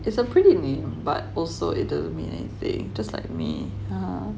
it's a pretty name but also it doesn't mean anything just like me